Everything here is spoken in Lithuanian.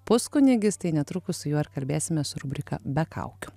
puskunigis tai netrukus su juo ir kalbėsimės su rubrika be kaukių